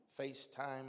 FaceTime